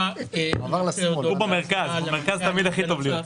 עד לרגע זה אנחנו לא רואים את זה בתקציב.